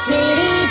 City